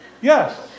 Yes